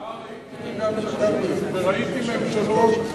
הייתי וגם זקנתי, וראיתי ממשלות...